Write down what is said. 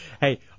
Hey